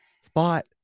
Spot